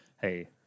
hey